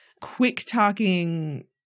quick-talking